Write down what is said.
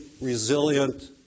resilient